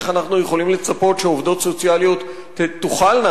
איך אנחנו יכולים לצפות שעובדות סוציאליות תוכלנה,